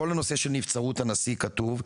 בכל הנושא של נבצרות הנשיא כתוב,